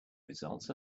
results